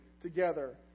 together